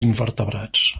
invertebrats